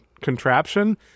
contraption